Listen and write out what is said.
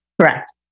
Correct